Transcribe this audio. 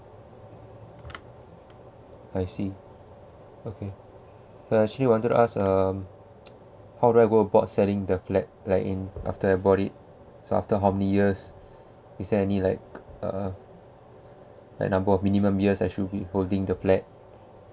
I see okay so I actually wanted us um how do I go about selling the flat like in after I bought it so after how many years is there any like uh like number of minimum years actually holding the flat